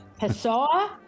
Pessoa